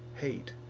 hate,